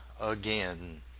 again